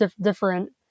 different